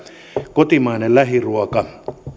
kotimainen lähiruoka